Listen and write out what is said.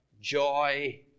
joy